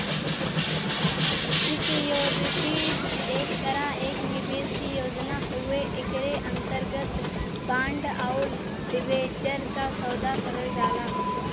securities एक तरह एक निवेश के योजना हउवे एकरे अंतर्गत बांड आउर डिबेंचर क सौदा करल जाला